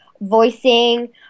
voicing